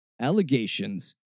allegations